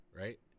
right